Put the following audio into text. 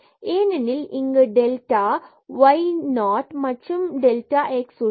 ஏனெனில் இங்கு delta x 0 மற்றும் இந்த டெல்டா y 0 மற்றும் டெல்டா x உள்ளது